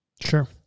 Sure